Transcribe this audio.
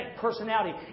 personality